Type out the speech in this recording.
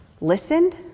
listened